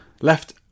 left